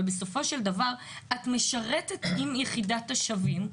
אבל בסופו של דבר את משרתת עם יחידת השווים,